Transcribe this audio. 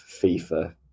FIFA